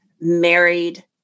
married